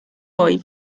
mwy